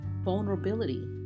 vulnerability